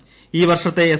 C ഈ വർഷത്തെ S